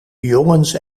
jongens